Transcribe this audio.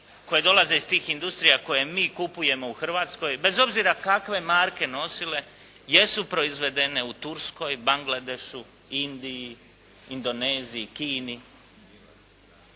koje dolaze iz tih industrija koje mi kupujemo u Hrvatskoj, bez obzira kakve marke nosile, jesu li proizvedene u Turskoj, Bangladešu, Indiji, Indoneziji, Kini.